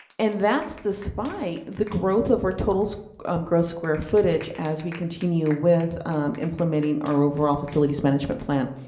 and that's despite the growth of our total so um gross square footage as we continue with implementing our overall facilities management plan.